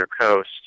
coast